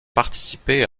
participer